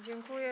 Dziękuję.